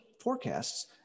forecasts